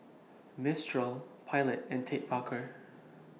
Mistral Pilot and Ted Baker